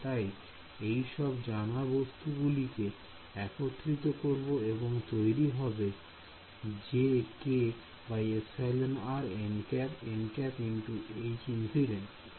তাই এই সব জানা বস্তু গুলিকে একত্রিত করব এবং তৈরি হবে jkεr nˆ × nˆ ×